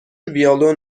ویلون